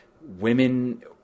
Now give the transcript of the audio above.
women